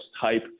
type